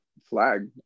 flag